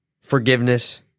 forgiveness